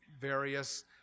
various